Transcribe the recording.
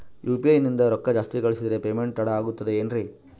UPI ನಿಂದ ರೊಕ್ಕ ಜಾಸ್ತಿ ಕಳಿಸಿದರೆ ಪೇಮೆಂಟ್ ತಡ ಆಗುತ್ತದೆ ಎನ್ರಿ?